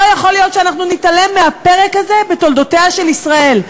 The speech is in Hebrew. לא יכול להיות שנתעלם מהפרק הזה בתולדותיה של ישראל,